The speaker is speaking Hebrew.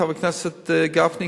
חבר הכנסת גפני,